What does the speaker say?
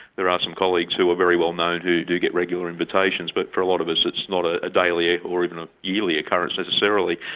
there are some colleagues who are very well known who do get regular invitations, but for a lot of us it's not a daily or even a yearly occurrence necessarily.